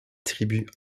tribus